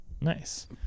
Nice